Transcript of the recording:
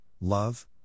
love